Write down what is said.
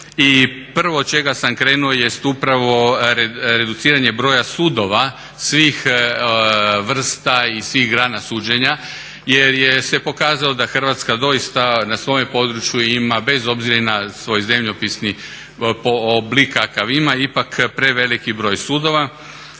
prvo od čega sam krenuo jest upravo reduciranje broja sudova svih vrsta i svih grana suđenja jer se pokazalo da Hrvatska doista na svome području ima bez obzira na svoj zemljopisni oblik kakav ima, ipak preveliki broj sudova,